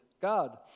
God